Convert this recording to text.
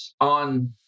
on